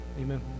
amen